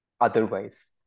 otherwise